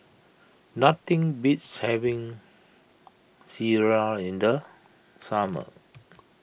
nothing beats having Sireh in the summer